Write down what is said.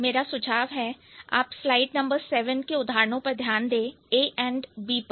मेरा सुझाव है आप स्लाइड 7 के उदाहरणों पर ध्यान दें ए एंड बी पर